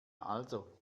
also